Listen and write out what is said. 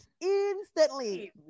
instantly